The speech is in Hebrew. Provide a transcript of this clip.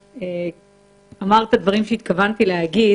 אמר את הדברים שהתכוונתי להגיד.